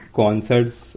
concerts